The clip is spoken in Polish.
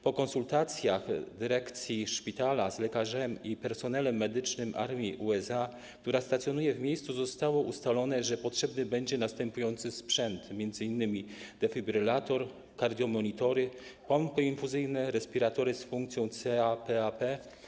Po konsultacjach dyrekcji szpitala z lekarzem i personelem medycznym armii USA, która stacjonuje w Mielcu, zostało ustalone, że potrzebny będzie następujący sprzęt: m.in. defibrylator, kardiomonitory, pompy infuzyjne, respiratory z funkcją CPAP.